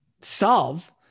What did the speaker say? solve